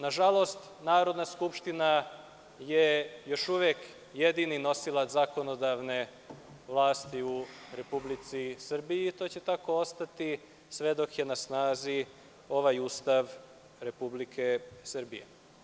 Nažalost, Narodna skupština je još uvek jedini nosilac zakonodavne vlasti u Republici Srbiji i to će tako ostati sve dok je na snazi ovaj Ustav Republike Srbije.